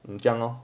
你这样 lor